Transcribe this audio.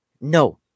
No